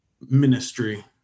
ministry